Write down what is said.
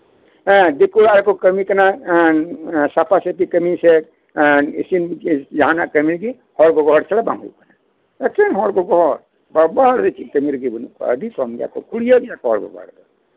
ᱦᱮᱸ ᱫᱤᱠᱩ ᱚᱲᱟᱜ ᱨᱮᱠᱚ ᱠᱟᱹᱢᱤ ᱠᱟᱱᱟ ᱥᱟᱯᱷᱟ ᱥᱟᱯᱷᱤ ᱠᱟᱹᱢᱤ ᱥᱮ ᱤᱥᱤᱱ ᱡᱟᱦᱟᱸᱱᱟᱜ ᱠᱟᱹᱢᱤᱜᱮ ᱦᱚᱲ ᱜᱚᱜᱚ ᱦᱚᱲ ᱪᱷᱟᱲᱟ ᱵᱟᱝ ᱦᱩᱭᱩᱜ ᱠᱟᱱᱟ ᱮᱠᱷᱮᱱ ᱦᱚᱲ ᱜᱚᱜᱚ ᱦᱚᱲ ᱵᱟᱵᱟ ᱦᱚᱲ ᱫᱚ ᱪᱮᱫ ᱠᱟᱹᱢᱤ ᱨᱮᱜᱮ ᱵᱟᱹᱱᱩᱜ ᱠᱚᱣᱟ ᱟᱹᱰᱤ ᱥᱚᱝᱜᱮ ᱜᱮ ᱠᱩᱲᱭᱟᱹ ᱜᱮᱭᱟ ᱠᱚ ᱵᱟᱵᱟ ᱦᱚᱲ ᱫᱚ ᱦᱮᱸ